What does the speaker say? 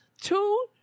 two